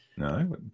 No